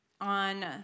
On